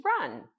run